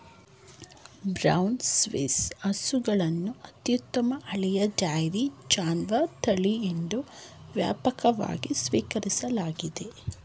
brown Swiss ಹಸುಗಳನ್ನು ಅತ್ಯಂತ ಹಳೆಯ ಡೈರಿ ಜಾನುವಾರು ತಳಿ ಎಂದು ವ್ಯಾಪಕವಾಗಿ ಸ್ವೀಕರಿಸಲಾಗಿದೆ